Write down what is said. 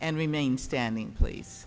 and remain standing please